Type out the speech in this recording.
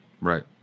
right